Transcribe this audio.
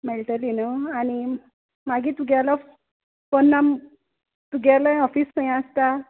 मेळटली न्हय आनी मागीर तुगेलो फोन नंबर तुगेलें ऑफीस खंय आसता